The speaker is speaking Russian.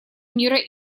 мира